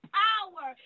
power